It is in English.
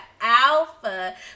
alpha